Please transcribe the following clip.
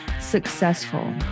successful